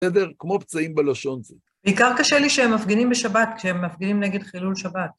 בסדר? כמו פצעים בלשון זה. בעיקר קשה לי שהם מפגינים בשבת, שהם מפגינים נגד חילול שבת.